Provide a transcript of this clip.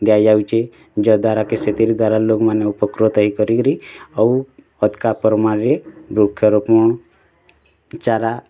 ଦିଆ ଯାଉଛି ଯଦ୍ୱାରା କି ସେଥିର୍ ଦ୍ୱାରା ଲୋକମାନେ ଉପକୃତ ହେଇ କରି କିରି ଆଉ ଅଧ୍କା ପରିମାଣରେ ବୃକ୍ଷରୋପଣ ଚାରା